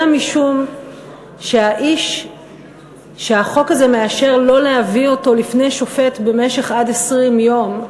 אלא משום שהאיש שהחוק הזה מאשר לא להביא אותו לפני שופט במשך עד 20 יום,